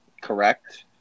Correct